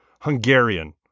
Hungarian